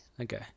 okay